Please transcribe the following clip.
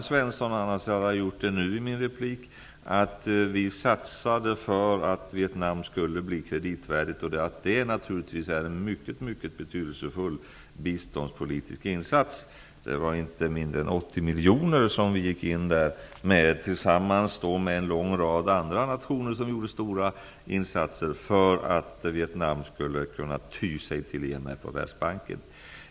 Det var bra att Kristina Svensson nämnde vår satsning för att Vietnam skulle bli kreditvärdigt. Det är naturligtvis en mycket betydelsefull biståndspolitisk insats. Vi gick in med inte mindre än 80 miljoner tillsammans med en lång rad andra nationer, som gjorde stora insatser, för att Vietnam skulle kunna ty sig till IMF och Världsbanken.